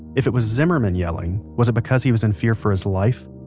if it was zimmerman yelling, was it because he was in fear for his life?